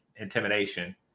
Intimidation